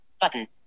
button